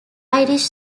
irish